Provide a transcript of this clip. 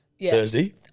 Thursday